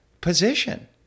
position